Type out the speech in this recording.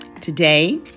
Today